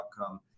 outcome